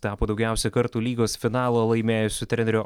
tapo daugiausia kartų lygos finalo laimėjusio trenerio